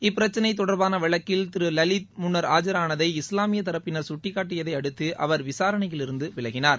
இப்பிரச்சினை தொடர்பான வழக்கில் திரு லலித் முன்னா் ஆஜரானதை இஸ்லாமிய தரப்பினா் சுட்டிக்காட்டியதை அடுத்து அவர் விசாரணையிலிருந்து விலகினார்